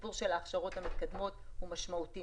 והסיפור של ההדרכות המתקדמות הוא משמעותי.